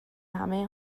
همه